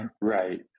Right